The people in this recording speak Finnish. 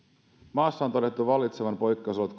maassa on todettu koronavirusepidemian vuoksi vallitsevan poikkeusolot